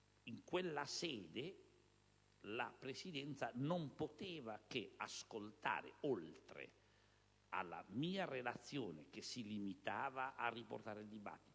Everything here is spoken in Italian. discussione del Senato, non poteva che ascoltare, oltre alla mia relazione che si limitava a riportare il dibattito,